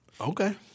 Okay